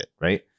right